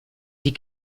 die